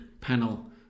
panel